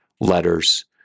letters